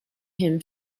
him